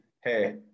Hey